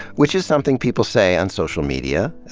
which is something people say on social media.